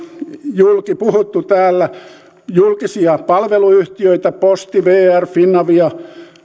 julki puhuttu täällä julkisia palveluyhtiöitä posti vr finavia